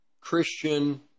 Christian